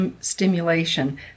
stimulation